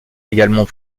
également